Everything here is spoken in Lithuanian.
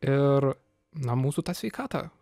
ir na mūsų tą sveikatą